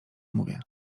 mówię